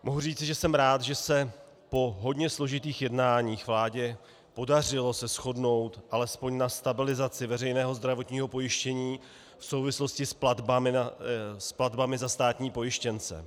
Mohu říci, že jsem rád, že se po hodně složitých jednáních vládě podařilo shodnout alespoň na stabilizaci veřejného zdravotního pojištění v souvislosti s platbami za státní pojištěnce.